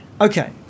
Okay